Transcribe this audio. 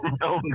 no